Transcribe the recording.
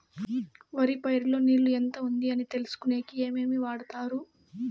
వరి పైరు లో నీళ్లు ఎంత ఉంది అని తెలుసుకునేకి ఏమేమి వాడతారు?